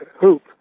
hoop